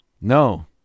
No